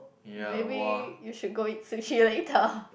maybe you should go eat sushi later